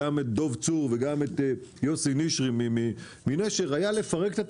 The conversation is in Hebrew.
גם את דוב צור וגם את יוסי נשרי היה לפרק את התאגידים,